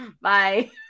bye